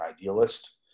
idealist